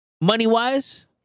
money-wise